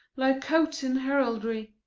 like coats in heraldry,